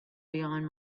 beyond